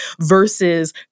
versus